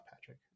patrick